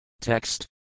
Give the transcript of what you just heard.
Text